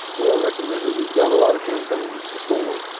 well recommended. he'd done a lot of campaigns before,